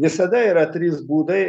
visada yra trys būdai